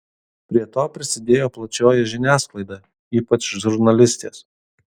prie to prisidėjo plačioji žiniasklaida ypač žurnalistės